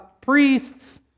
priests